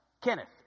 Kenneth